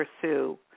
pursue